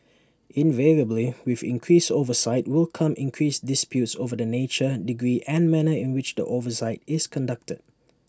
invariably with increased oversight will come increased disputes over the nature degree and manner in which the oversight is conducted